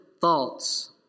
thoughts